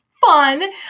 fun